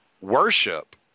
worship